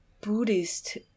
Buddhist